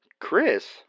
Chris